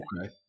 Okay